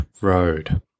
Road